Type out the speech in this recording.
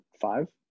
five